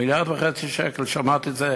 1.5 מיליארד שקל, שמעתי את זה